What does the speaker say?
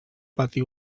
pati